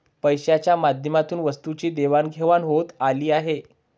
पैशाच्या माध्यमातून वस्तूंची देवाणघेवाण होत आली आहे